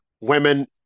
Women